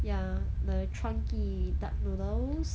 ya the chuan kee duck noodles